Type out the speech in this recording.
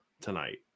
tonight